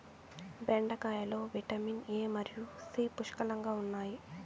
బెండకాయలో vitamin A మరియు C పుష్కలంగా ఉన్నాయి